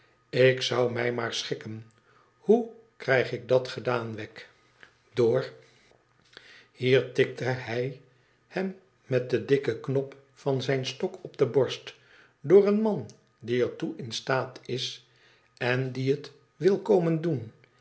ik zou mij naar u schikken hoe krijg ik dat gedaan wegg door hier tikte hij hem met den dikken knop van zijn stok op de borst door een man die er toe in staat is en die het wil komen doen